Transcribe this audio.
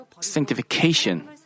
sanctification